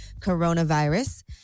coronavirus